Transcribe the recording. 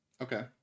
Okay